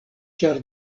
ĉar